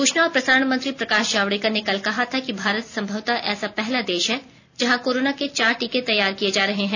सूचना और प्रसारण मंत्री प्रकाश जावडेकर ने कल कहा था कि भारत संभवतः ऐसा पहला देश है जहां कोरोना के चार टीके तैयार किये जा रहे हैं